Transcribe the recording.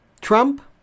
Trump